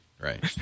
right